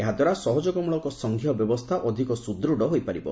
ଏହାଦ୍ୱାରା ସହଯୋଗମୂଳକ ସଂଘୀୟ ବ୍ୟବସ୍ଥା ଅଧିକ ସୁଦୃଢ଼ ହୋଇପାରିବ